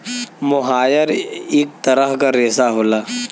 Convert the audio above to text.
मोहायर इक तरह क रेशा होला